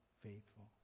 faithful